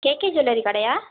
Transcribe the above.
KK jewellery கடையா